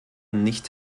nicht